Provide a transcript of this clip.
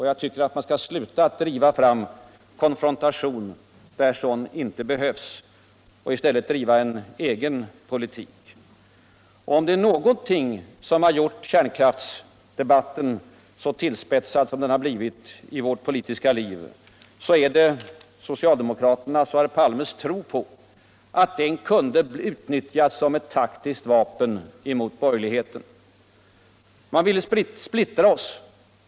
Jag tycker att maun skall sluta med att driva fram konfrontation när sådan inte behövs och i stället driva en egen politik. Om det är någonting som gjort kärnkraäftsdebatten så tillspetsad som den blivit i vårt politiska Hv. så är det socikuldemokraternas och herr Palmes tro på att den kunde utnyttjas som eu taktiskt vapen mot borgerligheten. Man ville splittra oss.